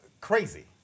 crazy